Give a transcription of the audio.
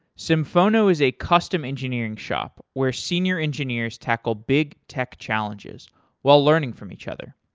symphono is a custom engineering shop where senior engineers tackle big tech challenges while learning from each other.